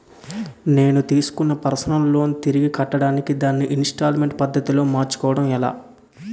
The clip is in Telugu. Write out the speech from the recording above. నేను తిస్కున్న పర్సనల్ లోన్ తిరిగి కట్టడానికి దానిని ఇంస్తాల్మేంట్ పద్ధతి లో మార్చుకోవడం ఎలా?